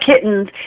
kittens